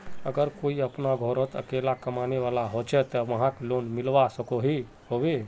अगर कोई अपना घोरोत अकेला कमाने वाला होचे ते वाहक लोन मिलवा सकोहो होबे?